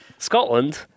Scotland